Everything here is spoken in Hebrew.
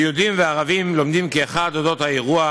יהודים וערבים כאחד לומדים על אודות האירוע,